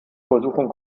versuchung